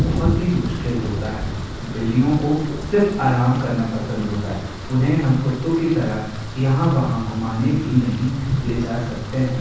बहुत ही मुश्किल होता है बिल्लियों को सिर्फ आराम करना पसंद होता है उन्हें हम कुत्तों की तरह यहाँ वहाँ घुमाने भी नहीं ले जा सकते हैं